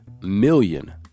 million